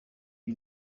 ibi